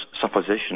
supposition